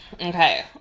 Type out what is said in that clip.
okay